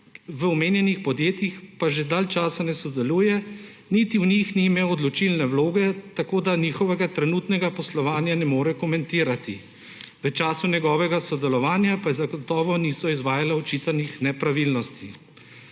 v omenjenih podjetjih pa že dalj časa ne sodeluje niti v njih ni imel odločilne vloge, tako, da njihovega trenutnega poslovanja ne more komentirati. V času njegovega sodelovanja pa zagotovo niso izvajale očitanih nepravilnosti.